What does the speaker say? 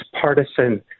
partisan